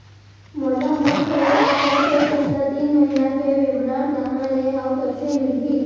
मोला मोर credit card के पिछला तीन महीना के विवरण कहाँ ले अऊ कइसे मिलही?